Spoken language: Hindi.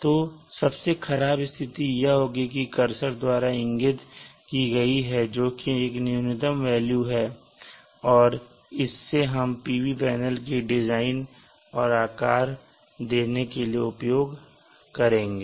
तो सबसे खराब स्थिति यह होगी जो कर्सर द्वारा इंगित की गई है जो कि एक न्यूनतम है और इसे हम PV पैनलों को डिज़ाइन और आकार देने के लिए उपयोग करेंगे